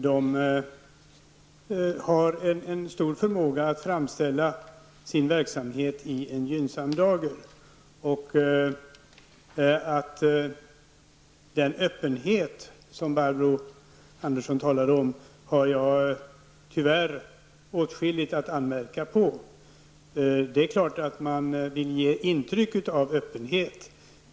De har en stor förmåga att framställa sin verksamhet i en gynnsam dager. Den öppenhet som Barbro Andersson talade om har jag tyvärr åtskilligt att anmärka på. Det är klart att man vill ge intryck av öppenhet.